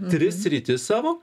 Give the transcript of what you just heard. tris sritis savo